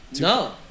No